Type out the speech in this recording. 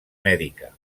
mèdica